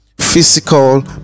physical